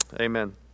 Amen